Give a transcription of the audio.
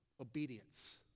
obedience